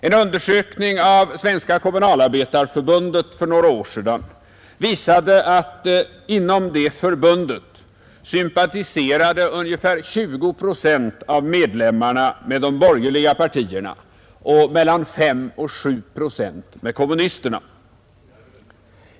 En undersökning av Svenska kommunalarbetareförbundet för några år sedan visade att inom det förbundet sympatiserade ungefär 20 procent av medlemmarna med de borgerliga partierna och mellan 5 och 7 procent med kommunisterna.